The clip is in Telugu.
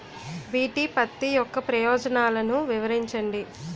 బి.టి పత్తి యొక్క ప్రయోజనాలను వివరించండి?